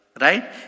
right